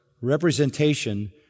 representation